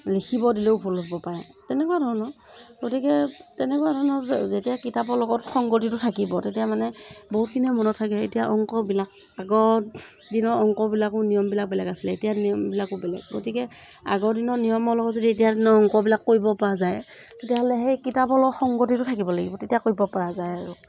লিখিব দিলেও ভুল হ'ব পাৰে তেনেকুৱা ধৰণৰ গতিকে তেনেকুৱা ধৰণৰ যেতিয়া কিতাপৰ লগত সংগতিটো থাকিব তেতিয়া মানে বহুতখিনি মনত থাকে এতিয়া অংকবিলাক আগৰ দিনৰ অংকবিলাকো নিয়মবিলাক বেলেগ আছিলে এতিয়া নিয়মবিলাকো বেলেগ গতিকে আগৰ দিনৰ নিয়মৰ লগত যদি এতিয়াৰ দিনৰ অংকবিলাক কৰিব পৰা যায় তেতিয়াহ'লে সেই কিতাপৰ লগত সংগতিটো থাকিব লাগিব তেতিয়া কৰিব পৰা যায় আৰু